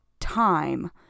time